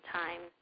time